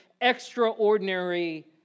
extraordinary